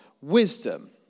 wisdom